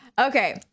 Okay